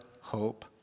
hope